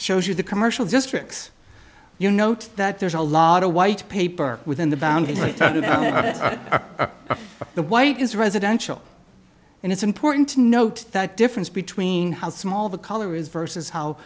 shows you the commercial districts you note that there's a lot of white paper within the boundaries of the white is residential and it's important to note that difference between how small the color is versus how